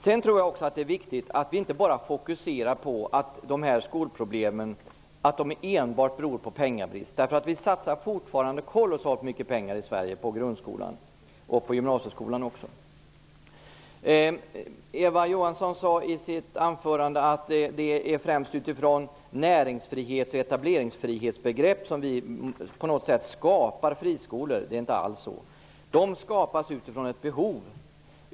Jag tror också att det är viktigt att vi inte bara fokuserar skolproblemen enbart på pengabrist. Vi satsar nämligen fortfarande kolossalt mycket pengar på grundskolan och gymnasieskolan i Eva Johansson sade i sitt anförande att det främst är utifrån näringsfrihets och etableringsfrihetsbegrepp som vi skapar friskolor. Det är inte alls så. De skapas utifrån ett behov.